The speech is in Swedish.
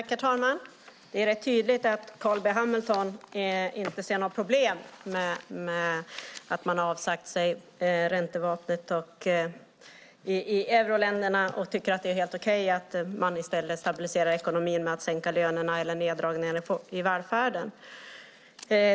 Herr talman! Det är rätt tydligt att Carl B Hamilton inte ser något problem med att man avsagt sig räntevapnet i euroländerna och tycker att det är helt okej att man i stället stabiliserar ekonomin med att sänka lönerna eller neddragningar i välfärden.